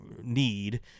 need